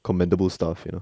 commendable stuff you know